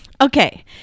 Okay